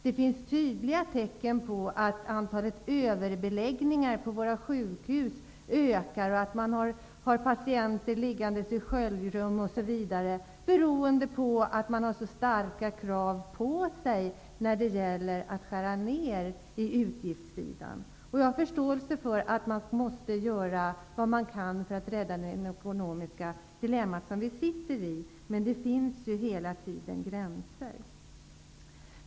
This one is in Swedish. Det finns tydliga tecken på att antalet överbeläggningar på våra sjukhus ökar och att patienter får ligga i t.ex. sköljrum, beroende på att det finns så starka krav på att man skall skära ner utgifterna. Jag har förståelse för att man måste göra vad man kan för att komma till rätta med det ekonomiska dilemmat. Men det finns hela tiden gränser.